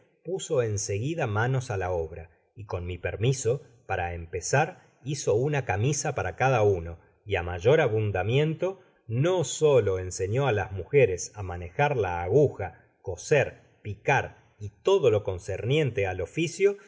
puso en seguida manos á la obra y con mi permiso para empezar hizo una camisa para cada uno y á mayor abundamiento na solo ensenó á las mujeres á manejar la aguja coser picar y todo lo concerniente al oficio